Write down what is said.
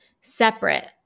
separate